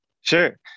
Sure